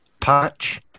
Patch